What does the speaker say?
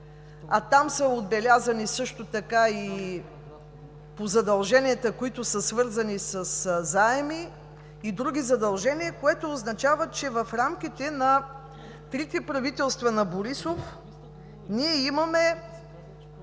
А там са отбелязани също така и задълженията, които са свързани със заеми и други задължения, което означава, че в рамките на трите правителства на Борисов ние имаме